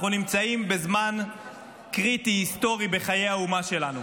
אנחנו נמצאים בזמן קריטי היסטורי בחיי האומה שלנו.